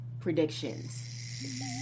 predictions